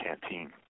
canteen